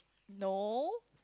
no